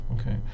okay